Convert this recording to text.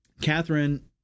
catherine